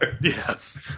Yes